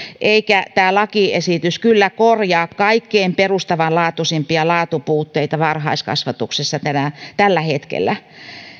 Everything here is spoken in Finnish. eikä tämä lakiesitys kyllä korjaa kaikkein perustavanlaatuisimpia laatupuutteita varhaiskasvatuksessa tällä hetkellä